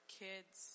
kids